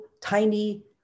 tiny